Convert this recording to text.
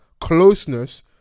closeness